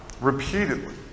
repeatedly